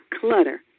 Clutter